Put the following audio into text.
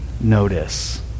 notice